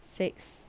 six